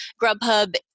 Grubhub